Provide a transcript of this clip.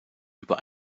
über